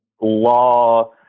law